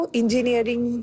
engineering